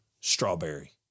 Strawberry